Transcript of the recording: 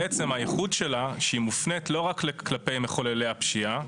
הייחוד שלה שהיא מופנית לא רק כלפי מחוללי הפשיעה,